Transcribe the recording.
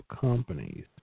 companies